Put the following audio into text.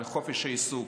על חופש העיסוק,